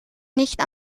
nicht